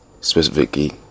specifically